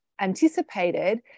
anticipated